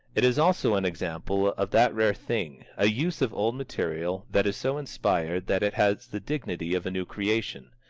it is also an example of that rare thing, a use of old material that is so inspired that it has the dignity of a new creation.